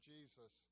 Jesus